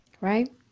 Right